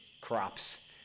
crops